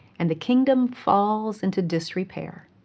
and the kingdom falls into disrepair.